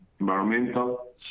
environmental